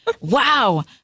Wow